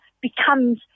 becomes